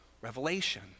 Revelation